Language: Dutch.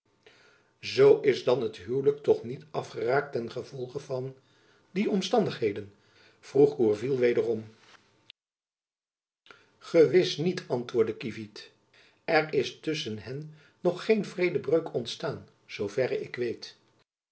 zoo is dan het huwelijk toch niet afgeraakt ten gevolge van die omstandigheden vroeg gourville wederom gewis niet antwoordde kievit er is tusschen hen nog geen vredebreuk ontstaan zoo verre ik weet